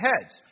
heads